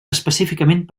específicament